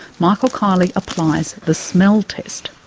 michael kiely applies the smell test.